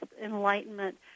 enlightenment